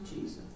Jesus